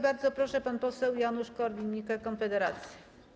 Bardzo proszę, pan poseł Janusz Korwin-Mikke, Konfederacja.